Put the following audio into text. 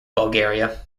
bulgaria